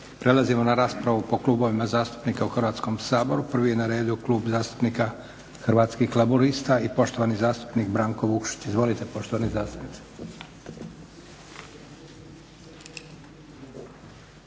Prelazimo na raspravu po Klubovima zastupnika u Hrvatskom saboru. Prvi je na redu Klub zastupnika Hrvatskih laburista i poštovani zastupnik Branko Vukšić. Izvolite poštovani zastupniče.